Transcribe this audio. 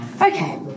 Okay